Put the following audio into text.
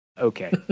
Okay